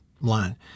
line